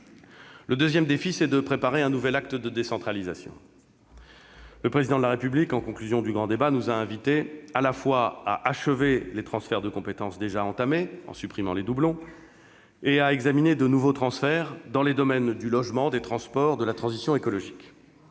Le deuxième défi à relever, c'est de préparer un nouvel acte de décentralisation. Le Président de la République, en conclusion du grand débat, nous a invités, à la fois, à achever les transferts de compétences déjà entamés, en supprimant les doublons, et à examiner de nouveaux transferts, dans les domaines du logement, des transports, de la transition écologique.